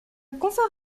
confort